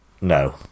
No